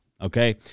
Okay